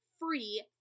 free